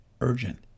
urgent